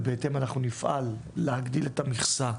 ובהתאם אנחנו נפעל להגדיל את המכס של